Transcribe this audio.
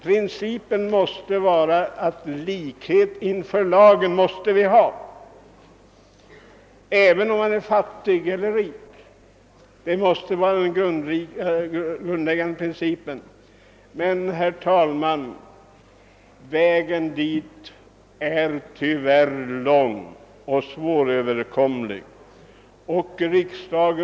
Principen måste vara likhet inför lagen, oavsett om man är fattig eller rik. Detta måste alltså vara den grundläggande principen men, herr talman, vägen dit är tyvärr lång och svårframkomlig.